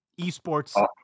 Esports